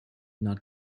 not